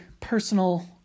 personal